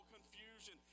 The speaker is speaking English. confusion